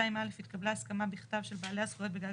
(2א) התקבלה הסכמה בכתב של בעלי הזכויות בגג